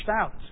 out